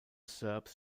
serbs